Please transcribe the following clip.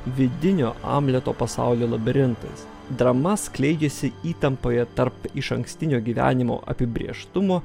vidinio amleto pasaulio labirintais drama skleidžiasi įtampoje tarp išankstinio gyvenimo apibrėžtumo